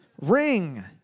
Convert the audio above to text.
ring